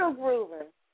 grooving